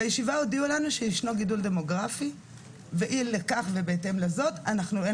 בישיבה הודיעו לנו שישנו גידול דמוגרפי ואי לכך ובהתאם לזאת אין